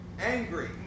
angry